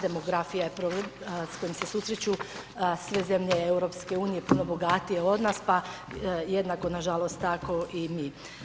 Demografija je problem s kojim se susreću sve zemlje EU puno bogatije od nas, pa jednako nažalost tako i mi.